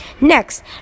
Next